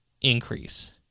increase